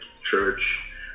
church